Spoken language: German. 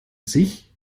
sich